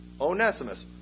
Onesimus